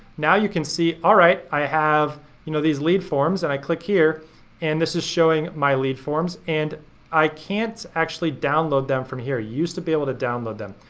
now you can see all right, i have you know these lead forms and i click here and this is showing my lead forms, and i can't actually download them from here. you used to be able to download them.